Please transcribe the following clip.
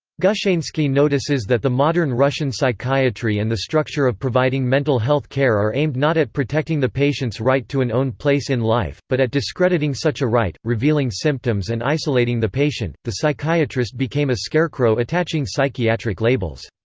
gushainsky notices that the modern russian psychiatry and the structure of providing mental health care are aimed not at protecting the patient's right to an own place in life, but at discrediting such a right, revealing symptoms and isolating the patient the psychiatrist became a scarecrow attaching psychiatric labels.